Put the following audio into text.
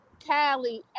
Cali